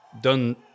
done